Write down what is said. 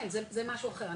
כן, זה משהו אחר.